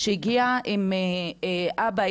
שהגיעה עם אבא,